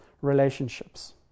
relationships